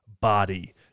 body